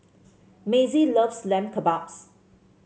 Mazie loves Lamb Kebabs